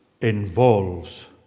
involves